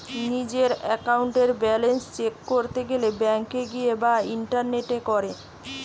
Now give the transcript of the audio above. নিজের একাউন্টের balance check করতে গেলে ব্যাংকে গিয়ে বা ইন্টারনেটে করে